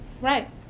Right